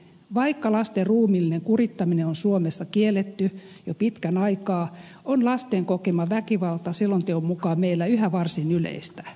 vaikka lasten ruumiillinen kurittaminen on ollut suomessa kielletty jo pitkän aikaa on lasten kokema väkivalta selonteon mukaan meillä yhä varsin yleistä